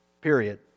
Period